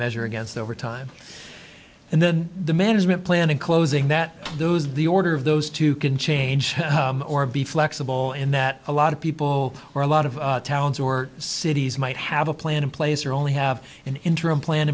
measure against over time and then the management plan in closing that those the order of those two can change or be flexible in that a lot of people or a lot of towns or cities might have a plan in place or only have an interim plan